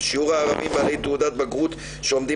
ושיעור הערבים בעלי תעודת בגרות שעומדים